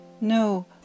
no